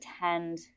attend